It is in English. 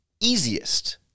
easiest